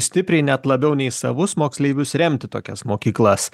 stipriai net labiau nei savus moksleivius remti tokias mokyklas